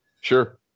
sure